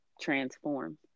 Transform